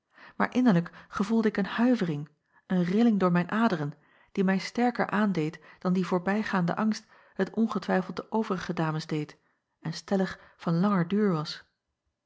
maar innerlijk gevoelde ik een huivering een rilling door mijn aderen die mij sterker aandeed dan die voorbijgaande angst het ongetwijfeld de overige ames deed en stellig van langer duur was